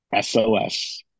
SOS